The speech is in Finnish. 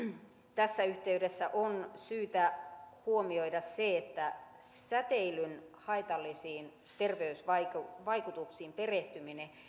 tässä yhteydessä on syytä huomioida se että säteilyn haitallisiin terveysvaikutuksiin perehtyminen